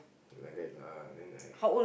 like that lah then I